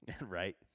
Right